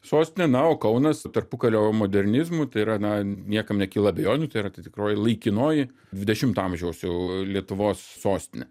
sostinė na o kaunas tarpukario modernizmu tai yra na niekam nekyla abejonių tai yra ta tikroji laikinoji dvidešimto amžiaus jau lietuvos sostinė